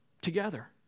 together